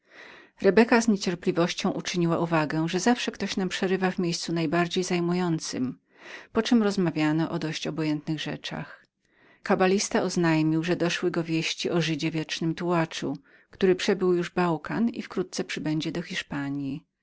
z niecierpliwością uczyniła uwagę że zawsze ktoś nam przerywa w miejscu najbardziej zajmującem po czem rozmawiano o dość obojętnych rzeczach kabalista oznajmił że doszły go wieści o żydzie wiecznym tułaczu który przebył już bałkan i wkrótce przybędzie do hiszpanji